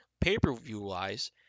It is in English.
pay-per-view-wise